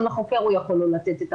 גם לחוקר הוא יכול לא לתת את המידע.